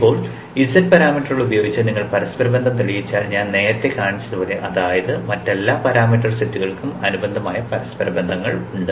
ഇപ്പോൾ z പാരാമീറ്ററുകൾ ഉപയോഗിച്ച് നിങ്ങൾ പരസ്പരബന്ധം തെളിയിച്ചാൽ ഞാൻ നേരത്തെ കാണിച്ചതുപോലെ അതായത് മറ്റെല്ലാ പാരാമീറ്റർ സെറ്റുകൾക്കും അനുബന്ധമായ പരസ്പര ബന്ധങ്ങൾ ഉണ്ട്